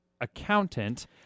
accountant